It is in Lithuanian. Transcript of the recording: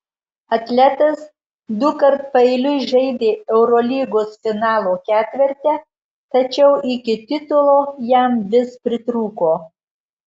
atletas dukart paeiliui žaidė eurolygos finalo ketverte tačiau iki titulo jam vis pritrūko